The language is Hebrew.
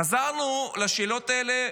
חזרנו לשאלות האלה